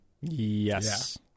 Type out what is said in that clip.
Yes